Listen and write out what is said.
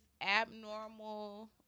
abnormal